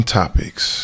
topics